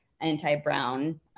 anti-Brown